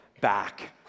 back